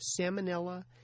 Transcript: Salmonella